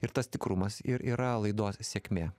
ir tas tikrumas ir yra laidos sėkmė